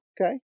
Okay